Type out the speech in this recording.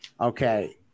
Okay